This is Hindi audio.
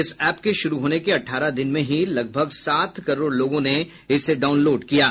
इस एप के शुरू होने के अठारह दिन में ही लगभग सात करोड लोगों ने इसे डाउनलोड किया है